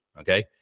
okay